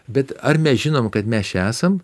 bet ar mes žinom kad mes čia esam